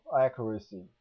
accuracy